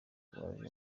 abaje